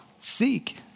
seek